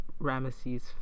Ramesses